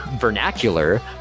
vernacular